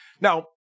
Now